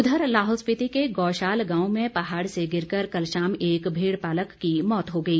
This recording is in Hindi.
उधर लाहौल स्पिति के गौशाल गांव में पहाड़ से गिरकर कल शाम एक भेड़पालक की मौत हो गई